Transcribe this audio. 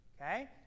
Okay